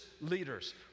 leaders